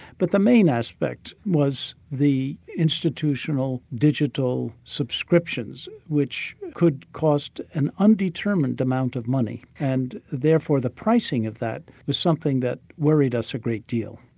but the main aspect was the institutional, digital subscriptions, which could cost an undetermined amount of money, and therefore the pricing of that is something that worried us a great deal.